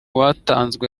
batanzwe